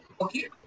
Okay